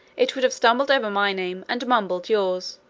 it would have stumbled over my name, and mumbled yours,